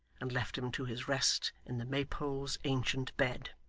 and left him to his rest in the maypole's ancient bed.